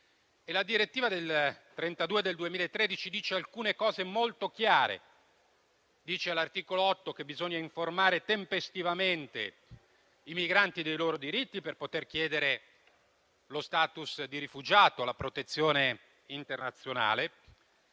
La direttiva n. 32 del 2013 afferma alcune cose molto chiare: all'articolo 8 stabilisce che bisogna informare tempestivamente i migranti dei loro diritti per poter chiedere lo *status* di rifugiato o la protezione internazionale.